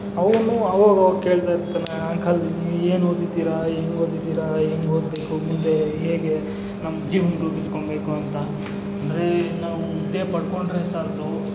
ಅವನು ಆವಗಾವಾಗ ಕೇಳ್ತಾಯಿರ್ತಾನೆ ಅಂಕಲ್ ಏನು ಓದಿದ್ದೀರಾ ಹೆಂಗೆ ಓದಿದ್ದೀರಾ ಹೆಂಗೆ ಓದಬೇಕು ಮುಂದೆ ಹೇಗೆ ನಮ್ಮ ಜೀವನ ರೂಪಿಸ್ಕೋಬೇಕು ಅಂತ ಅಂದರೆ ನಾವು ಹುದ್ದೆ ಪಡ್ಕೊಂಡರೆ ಸಾಲದು